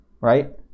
right